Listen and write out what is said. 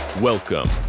Welcome